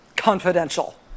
confidential